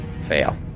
fail